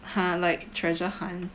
!huh! like treasure hunt